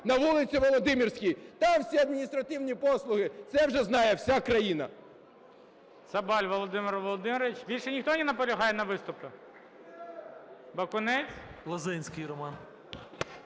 на вулиці Володимирській. Там всі адміністративні послуги, це вже знає вся країна.